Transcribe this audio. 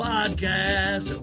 Podcast